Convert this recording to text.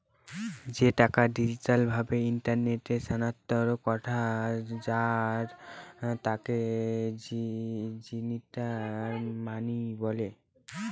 যে টাকা ডিজিটাল ভাবে ইন্টারনেটে স্থানান্তর করা যায় তাকে ডিজিটাল মানি বলে